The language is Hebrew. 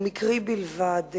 הוא מקרי בלבד.